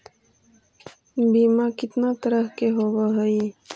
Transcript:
बीमा कितना तरह के होव हइ?